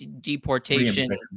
deportation